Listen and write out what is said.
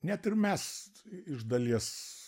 net ir mes iš dalies